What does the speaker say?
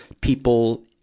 people